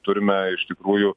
turime iš tikrųjų